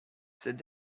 cette